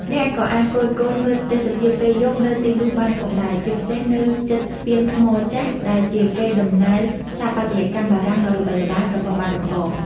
អ្នកក៏អាចគយគន់មើលទេសភាពពេលយប់នៅទីនោះបានផងដែរ ជាពិសេសនៅជិតស្ពានថ្មចាស់ ដែលជាកេរដំណែលស្ថាបត្យកម្មបារាំងដ៏ល្បីល្បាញរបស់បាត់ដំបង។